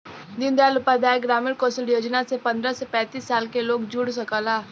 दीन दयाल उपाध्याय ग्रामीण कौशल योजना से पंद्रह से पैतींस साल क लोग जुड़ सकला